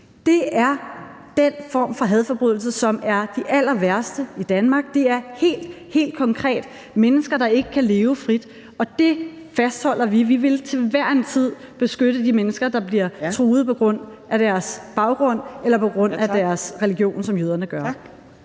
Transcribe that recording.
Det er den form for hadforbrydelse, som er den allerværste i Danmark. Det er helt konkret mennesker, der ikke kan leve frit, og vi fastholder, at vi til enhver tid vil beskytte de mennesker, der bliver truet på grund af deres baggrund eller på grund af deres religion, som jøderne gør.